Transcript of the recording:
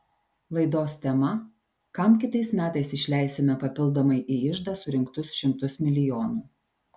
laidos tema kam kitais metais išleisime papildomai į iždą surinktus šimtus milijonų